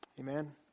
Amen